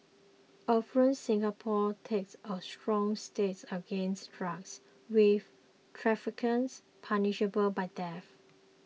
affluent Singapore takes a strong stance against drugs with traffickers punishable by death